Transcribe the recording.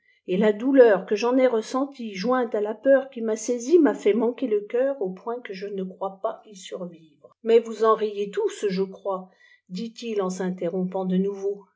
et la douleur que j'en ai ressentie joinu la peur qui m'a saisi m'a fait manquer le cœur au point que je ne crois pas y survivre mais vous en riez tous je crois dit-il en s interrompant de nouveau